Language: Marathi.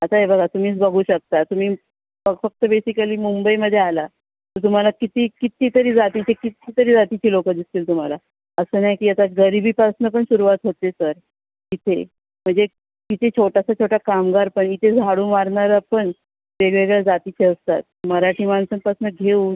आता हे बघा तुम्हीच बघू शकता तुम्ही फ फक्त बेसिकली मुंबईमध्ये आला तर तुम्हाला किती कित्तीतरी जातीचे कित्तीतरी जातीचे लोकं दिसतील तुम्हाला असं नाही की आता गरीबीपासनं पण सुरवात होते सर इथे म्हणजे इथे छोटासा छोटा कामगार पण इथे झाडू मारणारा पण वेगवेगळ्या जातीचे असतात मराठी माणसांपासनं घेऊ